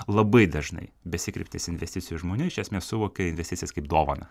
labai dažnai besikreiptis investicijų žmonių iš esmės suvokia investicijas kaip dovaną